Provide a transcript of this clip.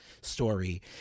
story